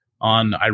on